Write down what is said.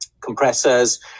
compressors